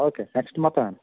okay next ಮಾತಾಡೋಣ